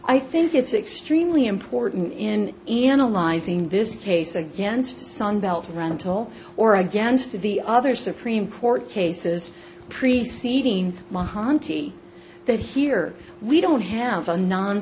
i think it's extremely important in analyzing this case against sunbelt rental or against the other supreme court cases preceding monte that here we don't have a non